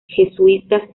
jesuitas